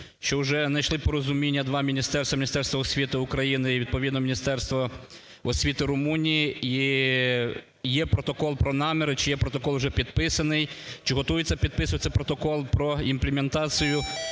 що вже найшли порозуміння два міністерства – Міністерство освіти України і відповідно Міністерство освіти Румунії. І є протокол про наміри чи є протокол вже підписаний, чи готуються підписувати протокол про імплементацію